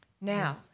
Now